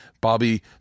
Bobby